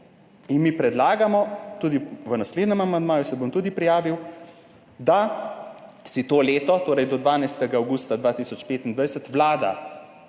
Mi predlagamo, tudi v naslednjem amandmaju, se bom tudi prijavil, da v tem letu, torej do 12. avgusta 2025, Vlada